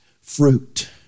fruit